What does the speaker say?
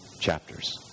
chapters